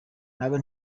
ntabwo